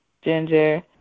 ginger